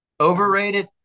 Overrated